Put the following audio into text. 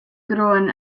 growing